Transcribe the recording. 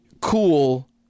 cool